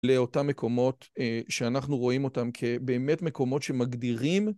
לאותם מקומות שאנחנו רואים אותם כבאמת מקומות שמגדירים.